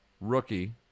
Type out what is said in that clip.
rookie